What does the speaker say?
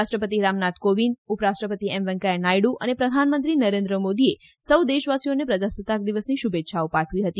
રાષ્ટ્રપતિ રામનાથ કોવિંદઉપરાષ્ટ્રપતિ એમ વૈકેયા નાયડુઅને પ્રધાનમંત્રી નરેન્દ્ર મોદીએ સૌ દેશવાસીઓને પ્રજાસતાક દિવસની શુભેચ્છઆઓ પાઠવી હતી